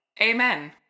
Amen